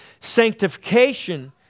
sanctification